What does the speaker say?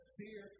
fear